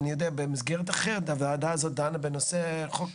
אני יודע שבמסגרת אחרת הוועדה הזאת דנה בנושא חוק